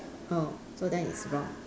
oh so then it's wrong